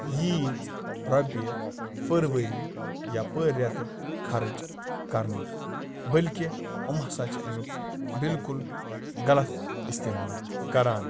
ییٖژۍ رۄپیہِ پٔر ؤری یَپٲرۍ رٮ۪تہٕ خرٕچ کَرنُک بٔلکہِ یِم ہسا چھِ امیُک بِلکُل غلط اِستعمال کَران